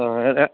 ହଁ